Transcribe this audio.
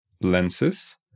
lenses